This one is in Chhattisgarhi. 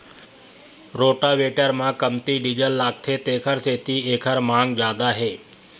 रोटावेटर म कमती डीजल लागथे तेखर सेती एखर मांग जादा हे